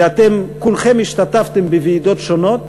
ואתם כולכם השתתפתם בוועידות שונות.